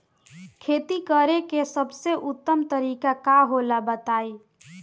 खेती करे के सबसे उत्तम तरीका का होला बताई?